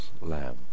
Lamb